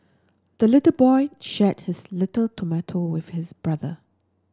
the little boy shared his little tomato with his brother